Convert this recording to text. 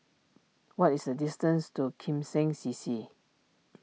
what is the distance to Kim Seng C C